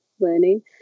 learning